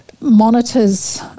monitors